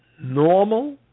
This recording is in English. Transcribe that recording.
normal